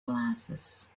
glasses